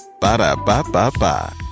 Ba-da-ba-ba-ba